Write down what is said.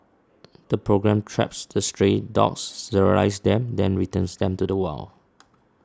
the programme traps the stray dogs sterilises them then returns them to the wild